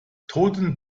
toten